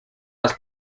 las